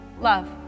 love